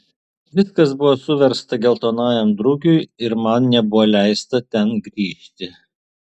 viskas buvo suversta geltonajam drugiui ir man nebuvo leista ten grįžti